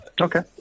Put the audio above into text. Okay